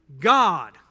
God